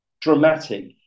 dramatic